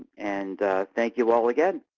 and thank you all again.